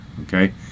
okay